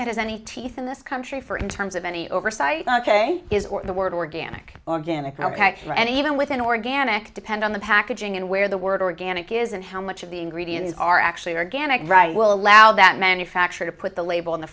that has any teeth in this country for in terms of any oversight on k is the word organic organic and even within organic depend on the packaging and where the word organic is and how much of the ingredients are actually organic will allow that manufacturer to put the label on the